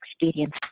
experience